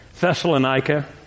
Thessalonica